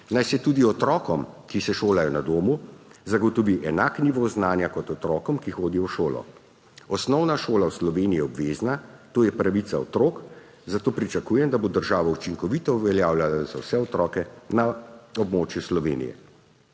naj se tudi otrokom, ki se šolajo na domu, zagotovi enak nivo znanja kot otrokom, ki hodijo v šolo. Osnovna šola v Sloveniji je obvezna, to je pravica otrok, zato pričakujem, da jo bo državo učinkovito uveljavljala za vse otroke na območju Slovenije.